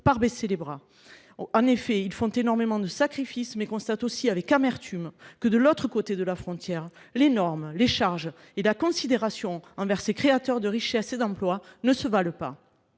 par baisser les bras. En effet, ils font énormément de sacrifices mais constatent aussi avec amertume que de l'autre côté de la frontière, les normes, les charges et la considération envers ces créateurs de richesse et d'emploi ne se valent pas.